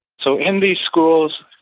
so in these schools,